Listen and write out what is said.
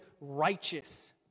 righteous